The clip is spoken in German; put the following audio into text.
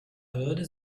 hürde